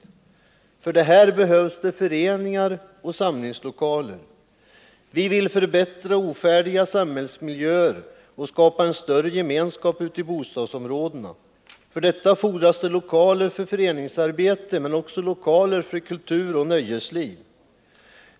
För detta behövs föreningar och samlingslokaler. Vi vill förbättra ofärdiga samhälls miljöer och skapa en större gemenskap ute i bostadsområdena. För detta fordras lokaler för föreningsarbete men också för kulturoch nöjesliv.